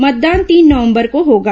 मतदान तीन नवंबर को होगा